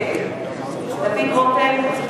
נגד דוד רותם,